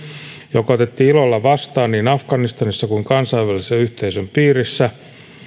joka otettiin ilolla vastaan niin afganistanissa kuin kansainvälisen yhteisön piirissä